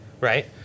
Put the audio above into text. right